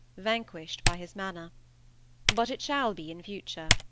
vanquished by his manner but it shall be in future